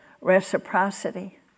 reciprocity